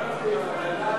ההחלטה בדבר